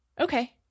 okay